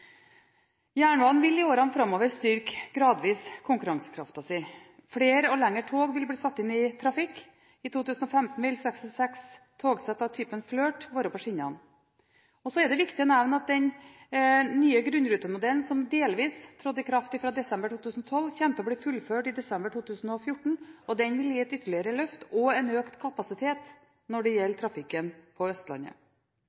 Jernbanen vil i årene framover gradvis styrke konkurransekraften sin. Flere og lengre tog vil bli satt inn i trafikk. I 2015 vil 66 togsett av typen Flirt være på skinnene. Det er viktig å nevne at den nye grunnrutemodellen som delvis trådte i kraft fra desember 2012, kommer til å bli fullført i desember 2014. Den vil gi et ytterligere løft og en økt kapasitet for trafikken på Østlandet. Jeg har også lyst til å nevne at det